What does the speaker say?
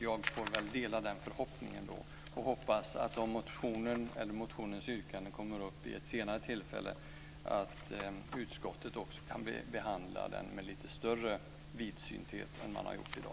Jag får väl dela den förhoppningen, och jag hoppas att om motionsyrkandet kommer upp vid ett senare tillfälle att utskottet behandlar det med lite större vidsynthet än i dag.